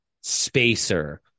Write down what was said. spacer